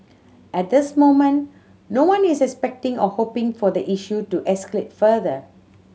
at this moment no one is expecting or hoping for the issue to escalate further